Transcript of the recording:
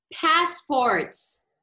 passports